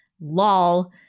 lol